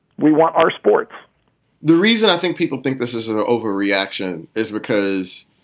we want our sport the reason i think people think this is an overreaction is because.